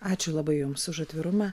ačiū labai jums už atvirumą